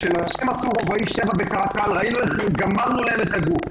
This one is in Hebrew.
כשנשים עשו רובאי 7 בקרקל ראינו איך גמרנו להן את הגוף,